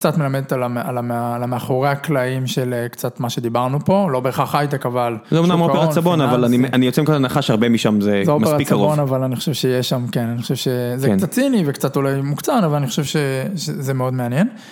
קצת מלמדת על מאחורי הקלעים של קצת מה שדיברנו פה, לא בהכרח הייטק, אבל... זה אמנם אופרת סבון, אבל אני יוצא מכלל נקודת הנחה שהרבה משם, זה מספיק קרוב. זה אופרת סבון, אבל אני חושב שיש שם, כן, אני חושב שזה קצת ציני וקצת אולי מוקצן, אבל אני חושב שזה מאוד מעניין.